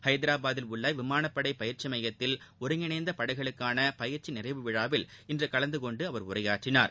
ஹைதராபாத்தில் உள்ள விமானப்படை பயிற்சி மையத்தில் ஒருங்கிணைந்த படைகளுக்கான பயிற்சி நிறைவு விழாவில் இன்று கலந்து கொண்டு அவர் உரையாற்றினார்